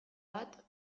bat